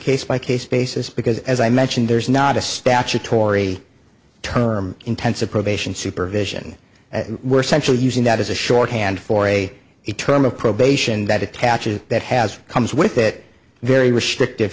case by case basis because as i mentioned there's not a statutory term intensive probation supervision we're central using that as a shorthand for a term of probation that attaches that has comes with that very restrictive